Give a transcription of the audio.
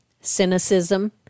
cynicism